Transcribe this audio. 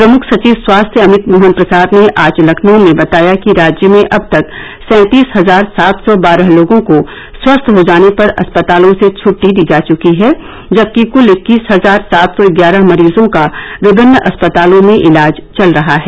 प्रमुख सचिव स्वास्थ्य अमित मोहन प्रसाद ने आज लखनऊ में बताया कि राज्य में अब तक सैंतीस हजार सात सौ बारह लोगों को स्वस्थ हो जाने पर अस्पतालों से छ्ट्टी दी जा चुकी है जबकि क्ल इक्कीस हजार सात सौ ग्यारह मरीजों का विभिन्न अस्पतालों में इलाज चल रहा है